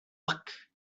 luck